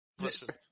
Listen